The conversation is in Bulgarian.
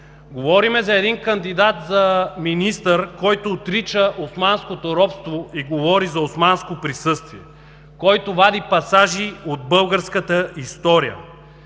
Говорим за един кандидат за министър, който отрича османското робство и говори за османско присъствие, който вади пасажи от българската история,